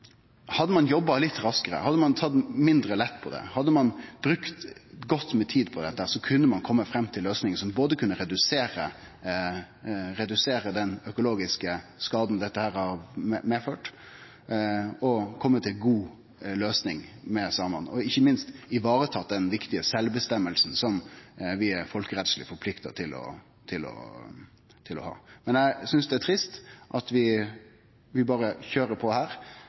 Hadde ein jobba litt raskare, hadde ein tatt mindre lett på det, hadde ein brukt godt med tid på dette, kunne ein ha kome fram til ei løysing som kunne redusere den økologiske skaden dette har medført, som kunne vore ei god løysing med samane, og ikkje minst kunne ha varetatt den viktige sjølvråderetten som vi er folkerettsleg forplikta til å ha. Men eg synest det er trist at vi berre køyrer på